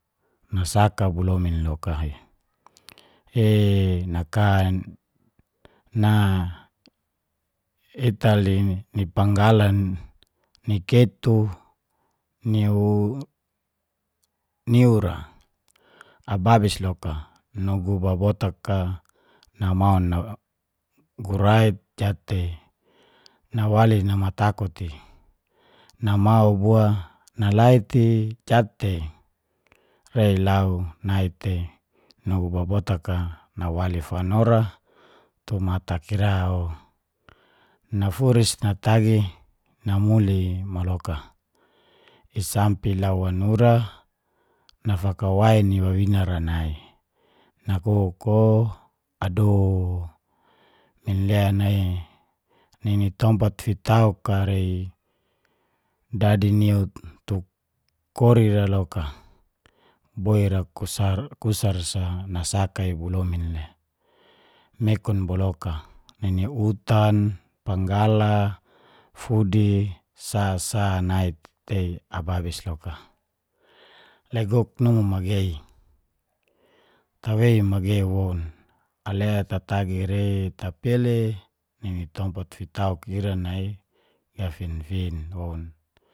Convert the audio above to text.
Nasakabo lomin loka i, e naka na etale ni panggalan, ni ketu, niu niura ababis loka. Nugu baba botak a namau nagurait jatei, nawali namatakut i namau bua nalait i jatei. Rei lau nai tei, nugu baba botak nawali fanora tu matakira o nafuris natagi namuli maloka, i sampe lau wanura nafakawai ni wawina ra nai, nakuk o adoo minlen na nai nini tompat fitauk a rei dadi nia utuk kori la loka. Boi ra kusar sa, nasaka i bo lomin le mekun bo loka. Nini utan, panggala, fudi, sa sa nai tei ababis loka. Le guk numu magei? Tawei magei woun? Ale tatagi rei tapele nini tompat fitauk ira nai gafifin woun.